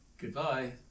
goodbye